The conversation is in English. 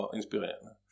inspirerende